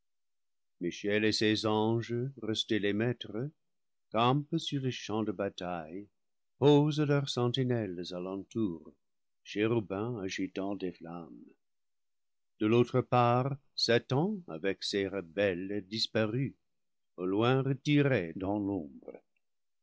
michel et ses anges restés les maîtres campent sur le champ de bataille posent leurs sentinelles à l'entour chérubins agitant des flammes de l'au tre part satan avec ses rebelles disparut au loin retiré dans l'ombre